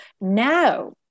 Now